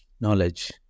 knowledge